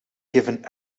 given